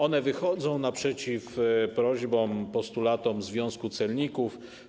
One wychodzą naprzeciw prośbom, postulatom związku celników.